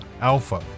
Alpha